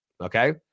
okay